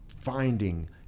finding